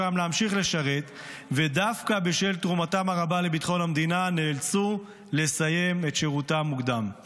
שירותם או שנאלצו לסיים אותו מסיבות רפואיות.